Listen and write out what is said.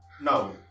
No